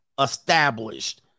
established